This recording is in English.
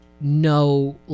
no